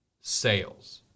sales